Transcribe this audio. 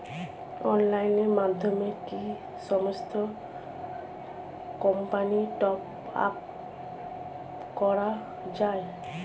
অনলাইনের মাধ্যমে কি সমস্ত কোম্পানির টপ আপ করা যায়?